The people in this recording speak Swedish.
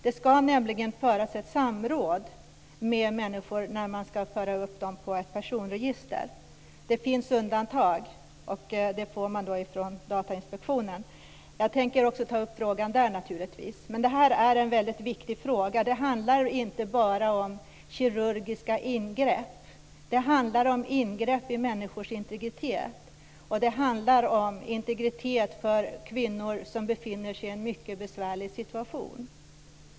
Det ska nämligen föras ett samråd med människor när man ska föra in dem i ett personregister. Det finns undantag. Det får man av Datainspektionen. Jag tänker naturligtvis också ta upp frågan där. Det här är en väldigt viktig fråga. Det handlar inte bara om kirurgiska ingrepp. Det handlar om ingrepp i människors integritet. Det handlar om integritet för kvinnor som befinner sig i en mycket besvärlig situation.